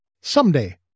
someday